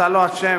אתה לא אשם,